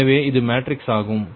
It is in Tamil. எனவே இது மேட்ரிக்ஸ் ஆகும்